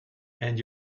and